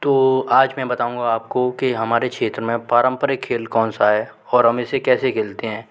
तो आज मैं बताऊँगा कि हमारे क्षेत्र में पारंपरिक खेल कौन सा है और हम इसे कैसे खेलते हैं